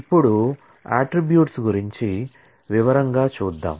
ఇప్పుడు అట్ట్రిబ్యూట్స్ గురించి వివరంగా చూద్దాం